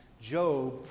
Job